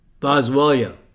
Boswellia